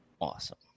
Awesome